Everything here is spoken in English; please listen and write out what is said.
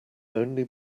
only